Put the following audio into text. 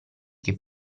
che